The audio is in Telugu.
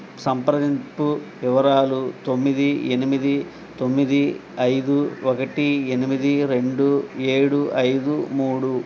సంప్రదింపు వివరాలు తొమ్మిది ఎనిమిది తొమ్మిది ఐదు ఒకటి ఎనిమిది రెండు ఏడు ఐదు మూడు